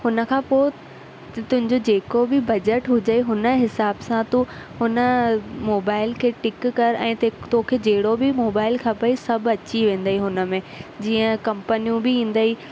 हुनखां पोइ तुंहिंजो जेको बि बजट हुजे हुन हिसाब सां तू हुन मोबाइल खे टिक कर ऐं तेख तोखे जहिड़ो बि मोबाइल खपई सभु अची वेंदई हुनमें जीअं कंपनियूं ईंदई